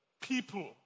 people